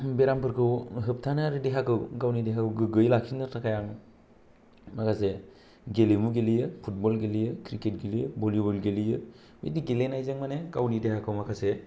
बेरामफोरखौ होबथानो आरो देहाखौ गावनि देहाखौ गोग्गोयै लाखिनो थाखाय आं माखासे गेलेमु गेलेयो फुटबल गेलेयो क्रिकेट गेलेयो भलिबल गेलेयो बिदि गेलेनायजों मानि गावनि देहाखौ माखासे